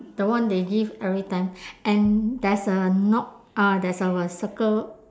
the one they give every time and there's a no~ ah there's our circle